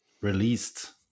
released